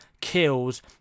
kills